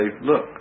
look